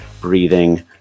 breathing